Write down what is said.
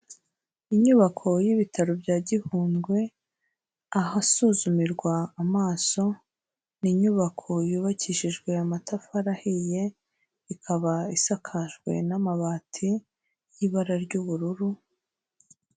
Inyubako y'ibitaro bya Gihundwe, ahasuzumirwa amaso, ni inyubako yubakishijwe amatafari ahiye, ikaba isakajwe n'amabati y'ibara ry'ubururu,